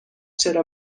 چرا